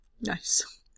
Nice